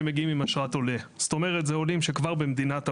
בסדר, אבל דקה אחת.